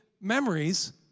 memories